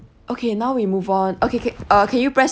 okay now we move on okay K uh can you press